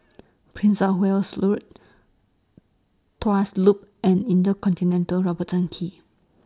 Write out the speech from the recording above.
Prince of Wales Road Tuas Loop and InterContinental Roberton Quay